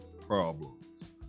problems